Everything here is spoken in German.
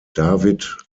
david